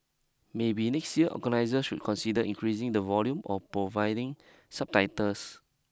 maybe next year organiser should consider increasing the volume or providing subtitles